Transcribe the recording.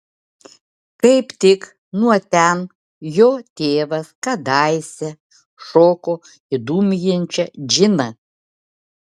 kaip tik nuo ten jo tėvas kadaise šoko į dūmijančią džiną